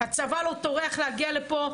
הצבא לא טורח להגיע לפה,